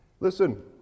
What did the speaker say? Listen